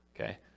Okay